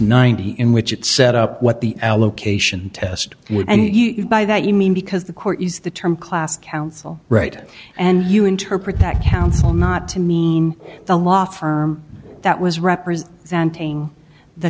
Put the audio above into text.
ninety in which it set up what the allocation test would and you by that you mean because the court used the term class council right and you interpret that counsel not to mean the law firm that was representing the